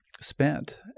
spent